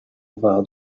war